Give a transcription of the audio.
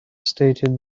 stated